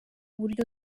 buryo